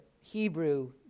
Hebrew